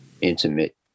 intimate